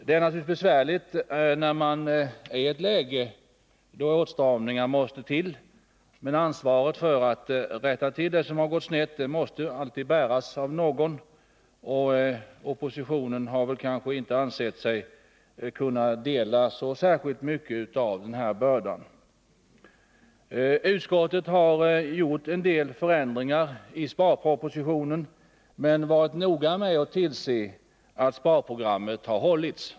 Det är naturligtvis besvärligt då man är i ett läge där åtstramningar måste till, men ansvaret för att rätta till det som gått snett måste alltid bäras av någon. Oppositionen har kanske inte ansett sig kunna dela så särskilt mycket 33 Utskottet har gjort en del förändringar i sparpropositionen men varit noga med att tillse att sparprogrammet har hållits.